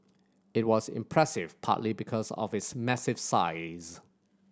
it was impressive partly because of its massive size